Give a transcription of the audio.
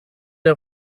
der